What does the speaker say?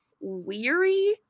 weary